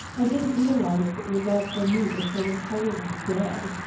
i didn't realize that your love for me was so entirely dead,